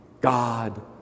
God